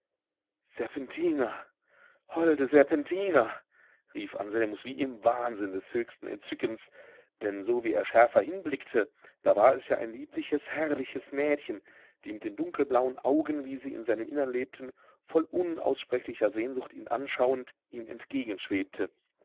serpentina holde serpentina rief anselmus wie im wahnsinn des höchsten entzückens denn sowie er schärfer hinblickte da war es ja ein liebliches herrliches mädchen die mit den dunkelblauen augen wie sie in seinem innern lebten voll unaussprechlicher sehnsucht ihn anschauend ihm